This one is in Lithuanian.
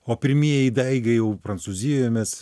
o pirmieji daigai jau prancūzijoje mes